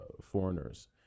foreigners